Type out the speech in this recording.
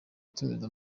tumenya